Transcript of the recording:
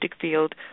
field